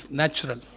natural